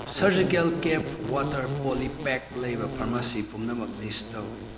surgical cap water polypack ꯂꯩꯕ pharmacy ꯄꯨꯝꯅꯃꯛ list ꯇꯧ